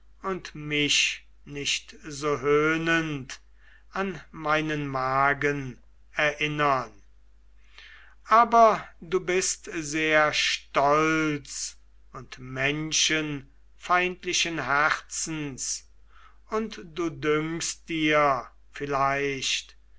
und mich nicht so höhnend an meinen magen erinnern aber du bist sehr stolz und menschenfeindlichen herzens und du dünkst dir vielleicht